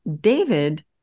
David